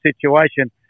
situation